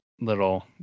little